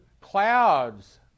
Clouds